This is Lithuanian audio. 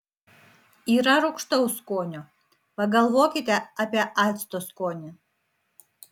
yra rūgštaus skonio pagalvokite apie acto skonį